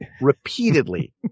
repeatedly